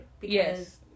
yes